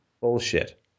Bullshit